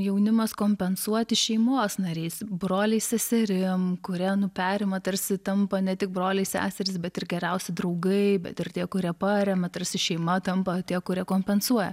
jaunimas kompensuoti šeimos nariais broliais seserim kurie nu perima tarsi tampa ne tik broliai seserys bet ir geriausi draugai bet ir tie kurie paremia tarsi šeima tampa tie kurie kompensuoja